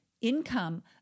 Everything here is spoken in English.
income